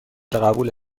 قبول